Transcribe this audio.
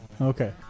Okay